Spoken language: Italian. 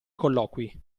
colloqui